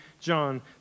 John